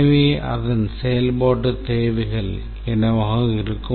எனவே அதன் செயல்பாட்டு தேவைகள் என்னவாக இருக்கும்